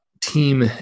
team